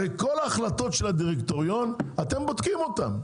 הרי כל ההחלטות של הדירקטוריון, אתם בודקים אותם.